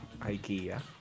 Ikea